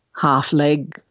half-leg